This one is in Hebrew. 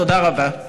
תודה רבה.